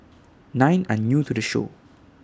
nine are new to the show